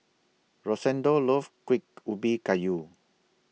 Rosendo loves Kuih Ubi Kayu